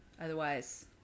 Otherwise